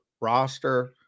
roster